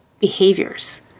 behaviors